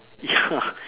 ya